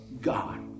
God